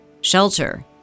shelter